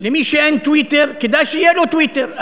למי שאין טוויטר, כדאי שיהיה לו טוויטר.